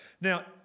Now